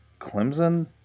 Clemson